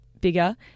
bigger